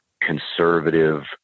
conservative